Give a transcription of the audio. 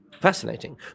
fascinating